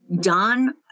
done